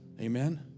Amen